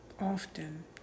often